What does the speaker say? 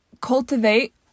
cultivate